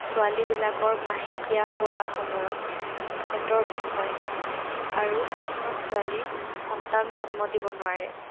ছোৱালীবিলাকৰ মাহেকীয়া হোৱা সময়ত পেটৰ বিষ হয় আৰু কিছুমান ছোৱালীৰ সন্তান জন্ম দিব নোৱাৰে